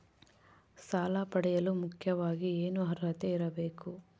ಸಾಲ ಪಡೆಯಲು ಮುಖ್ಯವಾಗಿ ಏನು ಅರ್ಹತೆ ಇರಬೇಕು?